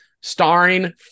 starring